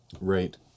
Right